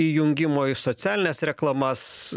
įjungimo į socialines reklamas